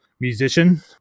musician